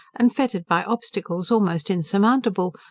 and fettered by obstacles almost insurmountable,